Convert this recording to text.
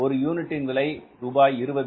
ஒரு யூனிட்டின் விலை ரூபாய் 20